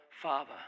Father